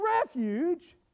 refuge